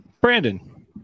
Brandon